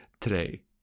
today